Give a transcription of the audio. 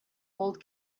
old